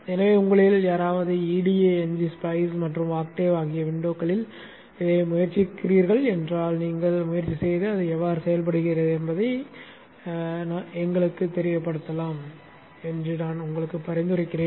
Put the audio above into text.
எனவே உங்களில் யாராவது EDA ngSpice மற்றும் Octave ஆகிய விண்டோக்களில் இதை முயற்சிக்கிறீர்கள் என்றால் நீங்கள் முயற்சி செய்து அது எவ்வாறு செயல்படுகிறது என்பதை எங்களுக்குத் தெரியப்படுத்தலாம் என்று நான் பரிந்துரைக்கிறேன்